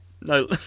No